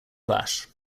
flash